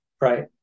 right